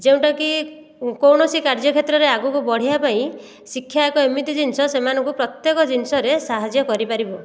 ଯେଉଁଟାକି କୌଣସି କାର୍ଯ୍ୟକ୍ଷେତ୍ରରେ ଆଗକୁ ବଢ଼ିବା ପାଇଁ ଶିକ୍ଷା ଏକ ଏମିତି ଜିନିଷ ସେମାନଙ୍କୁ ପ୍ରତ୍ୟେକ ଜିନିଷରେ ସାହାଯ୍ୟ କରିପାରିବ